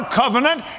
covenant